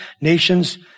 nations